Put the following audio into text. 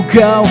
go